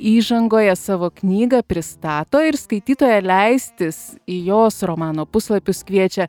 įžangoje savo knygą pristato ir skaitytoją leistis į jos romano puslapius kviečia